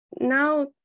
now